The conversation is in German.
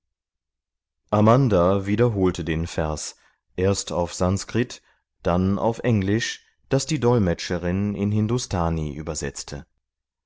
amanda wiederholte den vers erst auf sanskrit dann auf englisch das die dolmetscherin in hindustani übersetzte